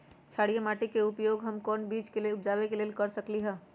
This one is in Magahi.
क्षारिये माटी के उपयोग हम कोन बीज के उपजाबे के लेल कर सकली ह?